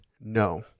no